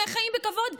היא החיים בכבוד.